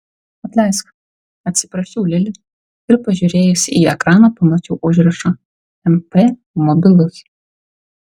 atleisk atsiprašiau lili ir pažiūrėjusi į ekraną pamačiau užrašą mp mobilus